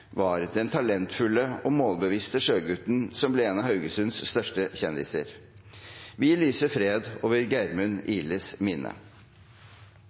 var «den talentfulle og målbevisste sjøgutten som ble en av Haugesunds største «kjendiser»». Vi lyser fred over Geirmund Ihles minne.